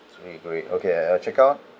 three great okay and uh check out